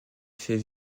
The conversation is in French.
fait